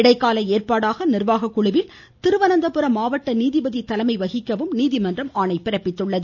இடைக்கால ஏற்பாடாக நிர்வாக குழுவில் திருவனந்தபுர மாவட்ட நீதிபதி தலைமை வகிக்கவும் நீதிமன்றம் ஆணையிட்டது